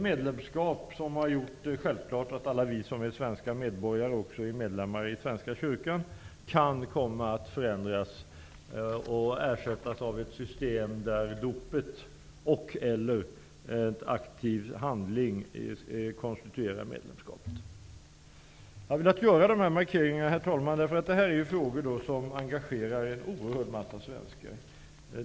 Medlemskapet, som har gjort att alla vi svenska medborgare också är medlemmar i Svenska kyrkan, kan komma att förändras och ersättas av ett system, där dopet och/eller aktiv handling konstituerar medlemskap. Jag har, herr talman, velat göra dessa markeringar, eftersom dessa frågor engagerar en oerhörd massa svenskar.